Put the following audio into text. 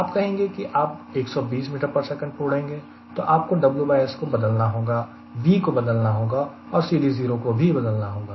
आप कहेंगे कि आप 120 ms पर उड़ेंगे तो आपको WS को बदलना होगा V को बदलना होगा और CD0 को भी बदलना होगा